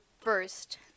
first